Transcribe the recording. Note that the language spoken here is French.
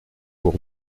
pour